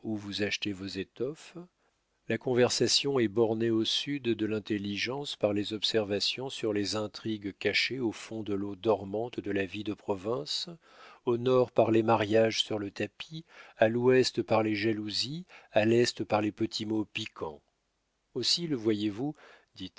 vous achetez vos étoffes la conversation est bornée au sud de l'intelligence par les observations sur les intrigues cachées au fond de l'eau dormante de la vie de province au nord par les mariages sur le tapis à l'ouest par les jalousies à l'est par les petits mots piquants aussi le voyez-vous